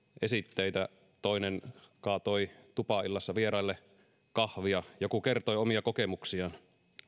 esitteitä toinen kaatoi tupaillassa vieraille kahvia joku kertoi omia kokemuksiaan